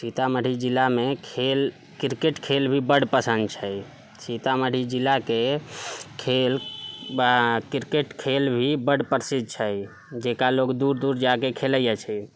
सीतामढ़ी जिलामे खेल क्रिकेट खेल भी बड पसन्द छै सीतामढ़ी जिलाके खेल क्रिकेट खेल भी बड प्रसिद्ध छै जेकरा लोक दूर दूर जाके खेलैत अछि